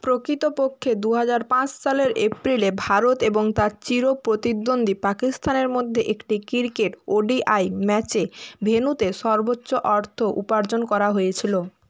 প্রকৃতপক্ষে দু হাজার পাঁচ সালের এপ্রিলে ভারত এবং তার চির প্রতিদ্বন্দ্বী পাকিস্তানের মধ্যে একটি ক্রিকেট ওডিআই ম্যাচে ভেন্যুতে সর্বোচ্চ অর্থ উপার্জন করা হয়েছিল